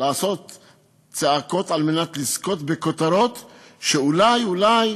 לעשות צעקות על מנת לזכות בכותרות שאולי אולי